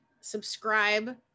subscribe